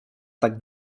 tak